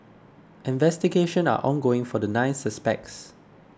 investigation are ongoing for the nine suspects